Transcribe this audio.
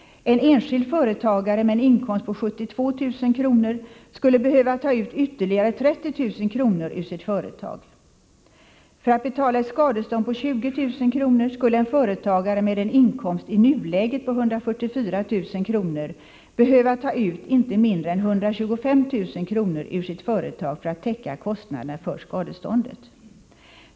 En enskild företagare med en inkomst på 72 000 kr. skulle behöva ta ut ytterligare 30 000 kr. ur sitt företag. För att betala ett skadestånd på 20 000 kr. skulle en företagare med en inkomst i nuläget på 144 000 kr. behöva ta ut inte mindre än 125 000 kr. ur sitt företag för att täcka kostnaderna för skadeståndet.